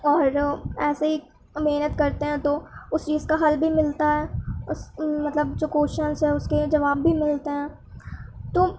اور ایسے ہی محنت کرتے ہیں تو اس چیز کا حل بھی ملتا ہے اس مطلب جو کوشچنس ہیں اس کے جواب بھی ملتے ہیں تو